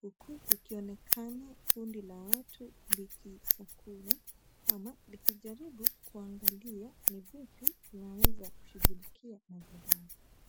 huku kukionekana kundi la watu likisakura, ama likijaribu kuangalia ni vipi linaweza kushughulikia majirani.